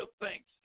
thanks